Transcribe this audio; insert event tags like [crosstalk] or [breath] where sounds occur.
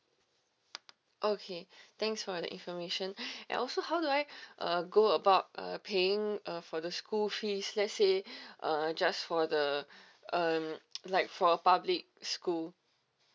okay thanks for the information [breath] and also how do I uh go about uh paying uh for the school fees let say [breath] uh just for the um [noise] like for a public school